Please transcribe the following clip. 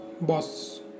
boss